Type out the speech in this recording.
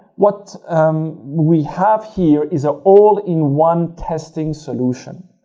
what we have here is an all in one testing solution.